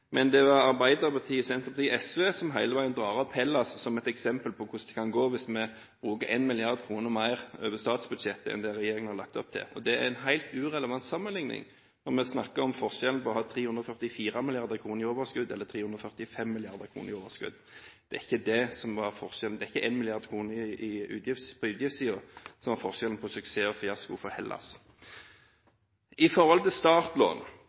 Det er Arbeiderpartiet, Senterpartiet og SV som hele veien drar fram Hellas som eksempel på hvordan det kan gå hvis vi bruker 1 mrd. kr mer over statsbudsjettet enn det regjeringen har lagt opp til. Det er en helt irrelevant sammenligning når vi snakker om forskjellen på å ha 344 mrd. kr i overskudd eller 345 mrd. kr i overskudd. Det er ikke det som var forskjellen, det er ikke 1 mrd. kr på utgiftssiden som var forskjellen på suksess og fiasko i Hellas. Når det gjelder startlån: